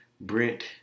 Brent